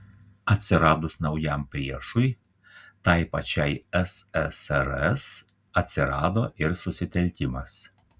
atsiradus naujam priešui tai pačiai ssrs atsirado ir susitelkimas